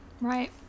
right